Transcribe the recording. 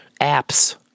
apps